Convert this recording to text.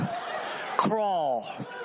crawl